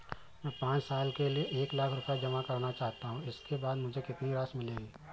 मैं पाँच साल के लिए एक लाख रूपए जमा करना चाहता हूँ इसके बाद मुझे कितनी राशि मिलेगी?